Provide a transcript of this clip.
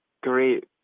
great